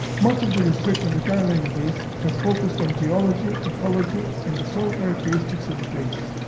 much of the research on the carolina bays has focused on geology, ecology and the soil characteristics of the bays.